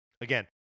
Again